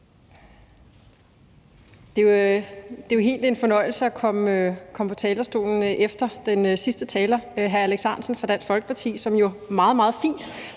Det er jo en fornøjelse at komme på talerstolen efter den sidste taler, hr. Alex Ahrendtsen fra Dansk Folkeparti, som jo meget, meget fint